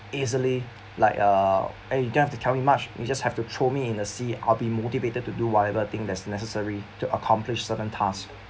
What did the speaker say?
easily like uh eh you don't have to tell me much you just have to throw me in the sea I'll be motivated to do whatever thing that's necessary to accomplish certain task